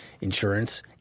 insurance